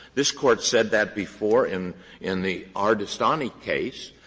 this court said that before in in the ardestani case.